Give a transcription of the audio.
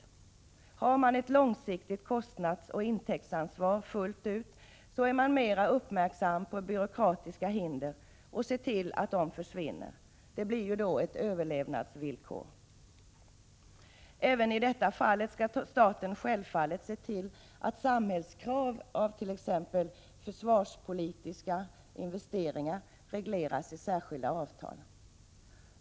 Om man fullt ut har ett långsiktigt kostnadsoch intäktsansvar blir man mera uppmärksam på byråkratiska hinder och ser till att de försvinner. Det blir då ett överlevnadsvillkor. Även i detta fall skall staten självfallet se till att samhällets krav på t.ex. försvarspolitiska investeringar regleras i särskilda avtal.